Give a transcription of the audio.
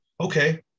okay